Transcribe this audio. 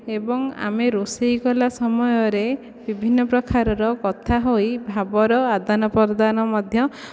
ଏବଂ ଆମେ ରୋଷେଇ କଲା ସମୟରେ ବିଭିନ୍ନପ୍ରକାରର କଥା ହୋଇ ଭାବର ଆଦାନପ୍ରଦାନ ମଧ୍ୟ